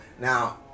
now